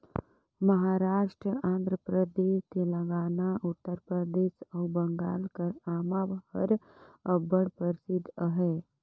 महारास्ट, आंध्र परदेस, तेलंगाना, उत्तर परदेस अउ बंगाल कर आमा हर अब्बड़ परसिद्ध अहे